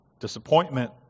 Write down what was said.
disappointment